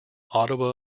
ottawa